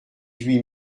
huit